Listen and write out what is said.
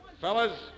Fellas